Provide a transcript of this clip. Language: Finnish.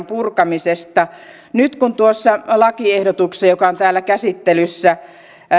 purkamisesta nyt tuossa lakiehdotuksessa joka on täällä käsittelyssä